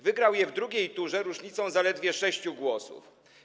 Wygrał je w drugiej turze różnicą zaledwie sześciu głosów.